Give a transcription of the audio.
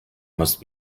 must